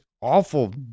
awful